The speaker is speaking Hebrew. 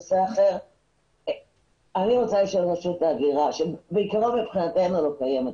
אני רוצה לשאול משהו את ההגירה שבעקרון לא קיימת.